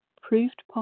proved